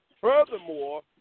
Furthermore